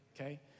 okay